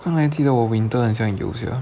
看来记得我 winter 很像有 sia